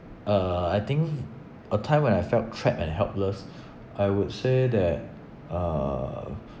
uh I think a time when I felt trapped and helpless I would say that uh